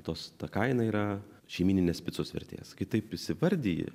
tos ta kaina yra šeimyninės picos vertės kitaip įsivardiji